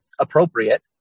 appropriate